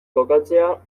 kokatzea